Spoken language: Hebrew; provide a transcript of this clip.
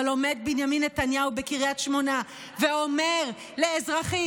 אבל עומד בנימין נתניהו בקריית שמונה ואומר לאזרחית